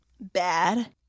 bad